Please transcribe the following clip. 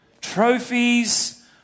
trophies